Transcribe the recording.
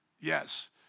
Yes